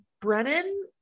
brennan